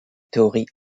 théories